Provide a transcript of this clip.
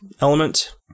element